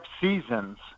seasons